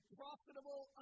profitable